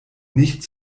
nicht